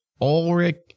Ulrich